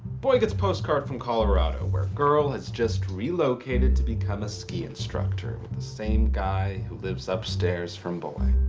boy gets postcard from colorado. where girl has just relocated to become a ski instructor. same guy who lives upstairs from boy.